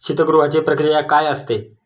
शीतगृहाची प्रक्रिया काय असते?